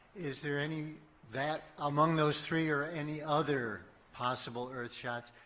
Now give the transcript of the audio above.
is there any that among those three or any other possible earth shots